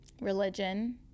religion